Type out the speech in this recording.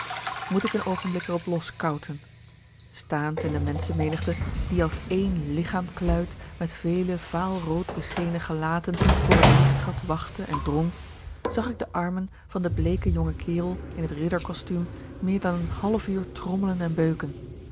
moet ik n oogenblik'r op los k o u t e n staand in de menschenmenigte die als één lichaam kluit met vele vaal rood beschenen gelaten voor het licht wachtte en drong zag ik de armen van den bleeken jongen kerel gat in t ridderkostuum meer dan een half uur trommelen en beuken